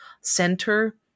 center